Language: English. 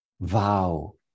vow